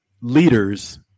leaders